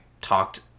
talked